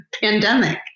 pandemic